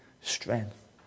strength